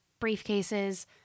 briefcases